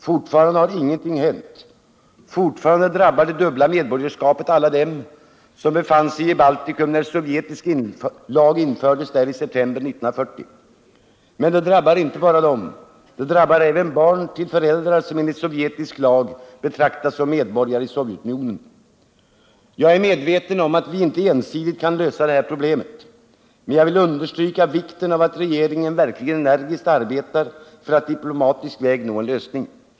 Fortfarande har ingenting hänt. Fortfarande drabbar det dubbla medborgarskapet alla dem som befann sig i Baltikum när sovjetisk lag infördes där i september 1940. Men det drabbar inte bara dem. Det drabbar även de barn till föräldrar som enligt sovjetisk lag betraktas som medborgare i Sovjetunionen. Jag är medveten om att vi inte ensidigt kan lösa dessa problem, men jag vill understryka vikten av att regeringen verkligen energiskt arbetar för att på diplomatisk väg nå en lösning.